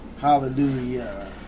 Hallelujah